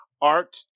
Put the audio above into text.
Art